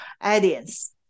audience